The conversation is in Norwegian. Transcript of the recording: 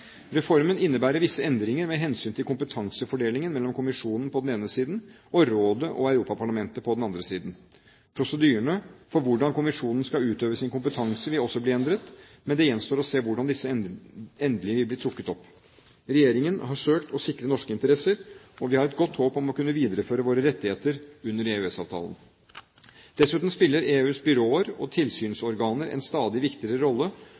Reformen innebærer visse endringer med hensyn til kompetansefordelingen mellom kommisjonen på den ene siden og rådet og Europaparlamentet på den andre siden. Prosedyrene for hvordan kommisjonen skal utøve sin kompetanse, vil også bli endret, men det gjenstår å se hvordan disse endelig vil bli trukket opp. Regjeringen har søkt å sikre norske interesser. Vi har et godt håp om å kunne videreføre våre rettigheter under EØS-avtalen. Dessuten spiller EUs byråer og tilsynsorganer en stadig viktigere rolle